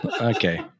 Okay